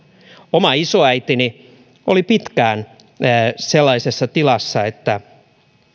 oma isoäitini oli pitkään sellaisessa tilassa että